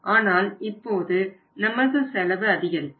ஆனால் இப்போது நமது செலவு அதிகரிக்கும்